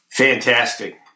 Fantastic